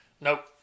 Nope